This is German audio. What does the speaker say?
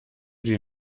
die